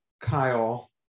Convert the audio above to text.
Kyle